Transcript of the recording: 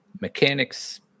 mechanics